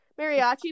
mariachi